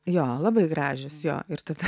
jo labai gražios jo ir tada